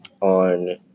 on